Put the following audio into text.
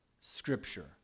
Scripture